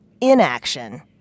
inaction